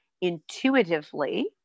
intuitively